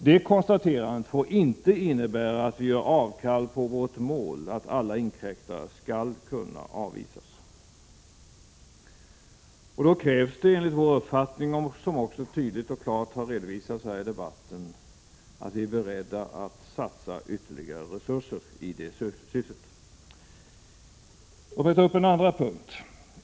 Det konstaterandet får inte innebära att vi gör avkall på vårt mål att alla inkräktare skall kunna avvisas. Då krävs det enligt vår uppfattning, som tydligt och klart har redovisats här i debatten, att vi är beredda att satsa ytterligare resurser i det syftet. Låt mig ta upp en andra punkt.